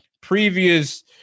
previous